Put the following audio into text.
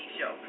Show